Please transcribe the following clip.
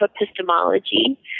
epistemology